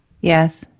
Yes